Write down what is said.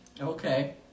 Okay